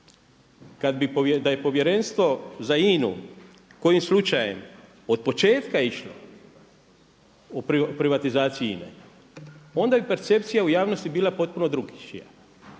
tada. Da je povjerenstvo za INA-u kojim slučajem od početka išlo u privatizaciji INA-e onda bi percepcija u javnosti bila potpuno drukčija,